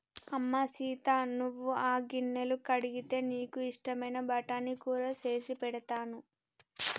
అమ్మ సీత నువ్వు ఆ గిన్నెలు కడిగితే నీకు ఇష్టమైన బఠానీ కూర సేసి పెడతాను